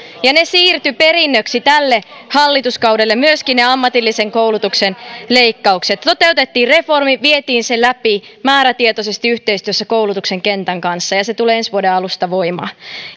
ja ne siirtyivät perinnöksi tälle hallituskaudelle myöskin ne ammatillisen koulutuksen leikkaukset toteutettiin reformi vietiin se läpi määrätietoisesti yhteistyössä koulutuksen kentän kanssa ja ja se tulee ensi vuoden alusta voimaan